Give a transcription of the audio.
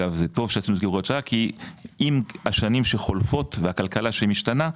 טוב שעשינו את זה כהוראת שעה כי עם השנים שחולפות והכלכלה שמשתנה,